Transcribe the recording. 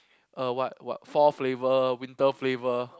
uh what what fall flavour winter flavour